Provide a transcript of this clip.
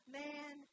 man